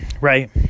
Right